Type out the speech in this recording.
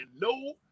No